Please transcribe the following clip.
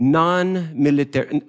non-military